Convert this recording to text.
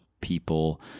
people